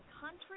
country